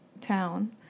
town